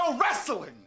wrestling